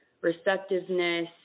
receptiveness